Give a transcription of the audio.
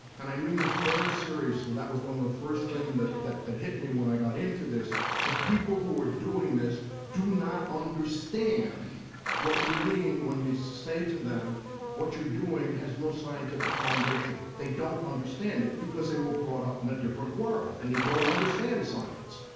and i mean this very seriously, that was one of the first things that that hit me when i got into this. the people who were doing this do not understand what we mean when we say to them what you're doing has no scientific foundation. they don't understand it, because they were brought up in a different world. and they don't understand science.